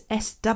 SW